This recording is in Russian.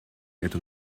эту